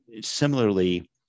similarly